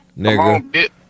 nigga